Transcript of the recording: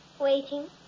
Waiting